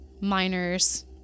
Miners